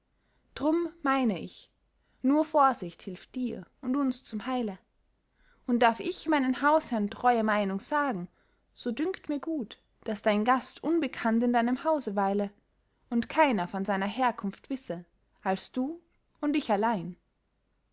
drum meine ich nur vorsicht hilft dir und uns zum heile und darf ich meinem hausherrn treue meinung sagen so dünkt mir gut daß dein gast unbekannt in deinem hause weile und keiner von seiner herkunft wisse als du und ich allein